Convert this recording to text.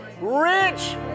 rich